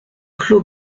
clos